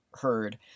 heard